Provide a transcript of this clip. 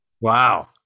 Wow